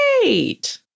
great